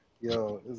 Yo